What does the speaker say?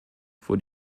vor